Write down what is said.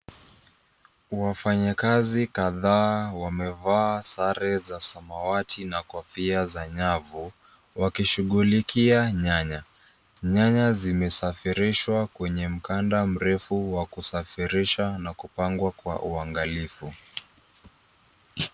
Wafanyakazi kadhaa wamevaa sare za samawati na kofia za nyavu wakishughulikia nyanya. Nyanya zimesafirishwa kwenye mkanda mrefu wa kusafirisha na kupangwa kwa uangalifu.